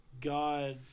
God